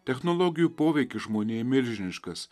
technologijų poveikis žmonėm milžiniškas